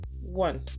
one